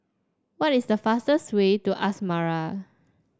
what is the fastest way to Asmara